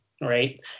right